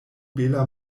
bela